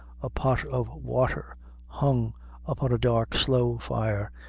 a pot of water hung upon a dark slow fire,